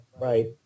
right